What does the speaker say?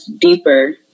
deeper